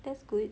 that's good